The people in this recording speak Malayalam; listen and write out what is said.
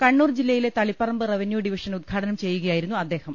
കണ്ണൂർ ജി ല്ലയിലെ തളിപ്പറമ്പ് റവന്യൂ ഡിവിഷൻ ഉദ്ഘാടനം ചെയ്യുകയായിരുന്നു അദ്ദേഹം